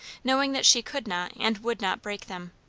knowing that she could not and would not break them.